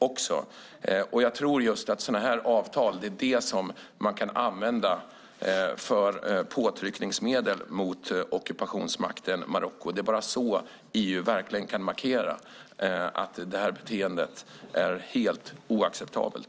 Man kan använda sådana avtal som påtryckning mot ockupationsmakten Marocko. Det är bara så EU verkligen kan markera att detta beteende är helt oacceptabelt.